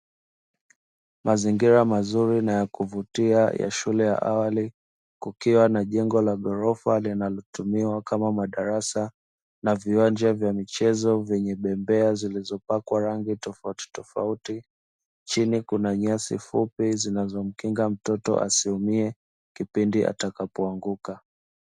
Mazingira mazuri na ya kuvutia ya shule ya awali kukiwa na jengo la ghorofa linalotumiwa kama madarasa, na viwanja vya. michezo vyenye bembea zilizopakwa rangi tofautitofauti, chini kuna nyasi fupi zinazomkijga mtoto asiumie kipindi atakapo anguka.